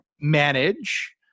manage